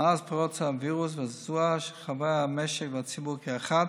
מאז פרוץ הווירוס והזעזוע שחוו המשק והציבור כאחד